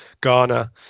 Ghana